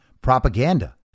propaganda